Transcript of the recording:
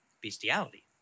bestiality